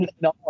no